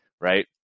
right